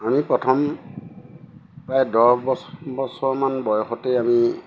আমি প্ৰথম প্ৰায় দহ বছ বছৰমান বয়সতেই আমি